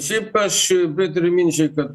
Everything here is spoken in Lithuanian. šiaip aš pritariu minčiai kad